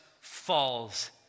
falls